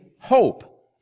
hope